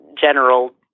general